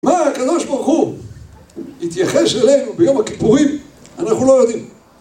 מה הקדוש ברוך הוא, יתייחס אלינו ביום הכיפורים, אנחנו לא יודעים.